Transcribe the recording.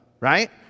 right